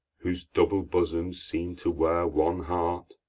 whose double bosoms seems to wear one heart,